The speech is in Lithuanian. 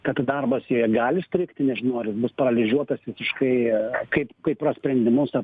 kad darbas joje gali strigti nežinau ar jis bus paralyžiuotas visiškai kaip kaip ras sprendimus ta